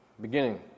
beginning